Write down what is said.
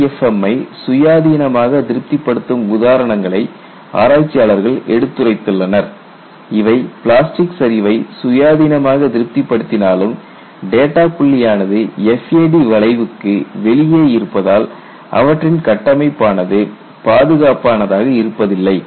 LEFM ஐ சுயாதீனமாக திருப்திப்படுத்தும் உதாரணங்களை ஆராய்ச்சியாளர்கள் எடுத்துரைத்துள்ளனர் இவை பிளாஸ்டிக் சரிவை சுயாதீனமாக திருப்தி படுத்தினாலும் டேட்டா புள்ளி ஆனது FAD வளைவுக்கு வெளியே இருப்பதால் அவற்றின் கட்டமைப்பு ஆனது பாதுகாப்பானதாக இருப்பதில்லை